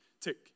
tick